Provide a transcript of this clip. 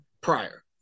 prior